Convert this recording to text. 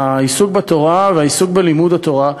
העיסוק בתורה, העיסוק בלימוד התורה,